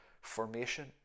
formation